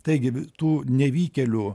taigi tų nevykėlių